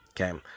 okay